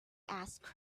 asked